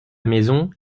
maison